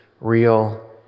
real